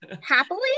happily